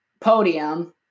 Podium